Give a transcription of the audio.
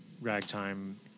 ragtime